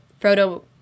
Frodo